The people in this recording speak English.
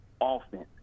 offense